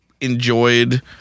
enjoyed